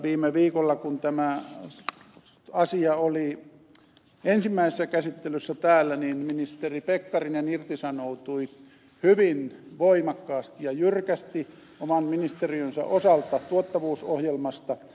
viime viikolla kun tämä asia oli ensimmäisessä käsittelyssä täällä niin ministeri pekkarinen irtisanoutui hyvin voimakkaasti ja jyrkästi oman ministeriönsä osalta tuottavuusohjelmasta